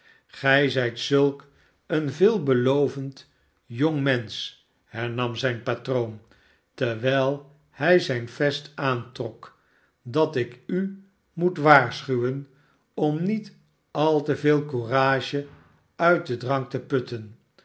zijt zulk een veelbelovend jong mensch hernam zijn patroon terwijl hij zijn vest aantrok dat ik u moet waarschuwen om niet al te veel courage uit den drank te putten